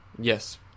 Yes